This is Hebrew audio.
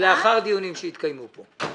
ולאחר דיונים שיתקיימו כאן.